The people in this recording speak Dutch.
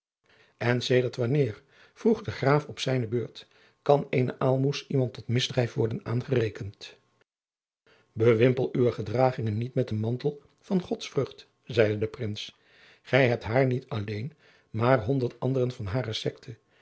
en sedert wanneer vroeg de graaf op zijne beurt kan eene aalmoes iemand tot misdrijf worden aangerekend bewimpel uwe gedragingen niet met den mantel van godsvrucht zeide de prins gij hebt niet haar alleen maar honderd anderen van hare sekte